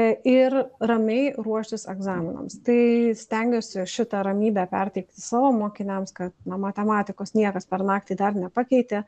ir ramiai ruoštis egzaminams tai stengiuosi šitą ramybę perteikti savo mokiniams kad na matematikos niekas per naktį dar nepakeitė